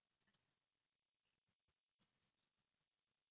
I try to mug and then like at the evening I go out